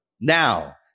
now